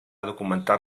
documentar